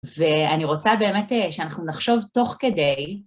ואני רוצה באמת שאנחנו נחשוב תוך כדי.